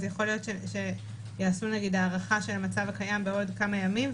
אז יכול להיות שיעשו נגיד הארכה של המצב הקיים בעוד כמה ימים,